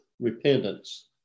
repentance